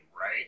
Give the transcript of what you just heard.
right